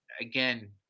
again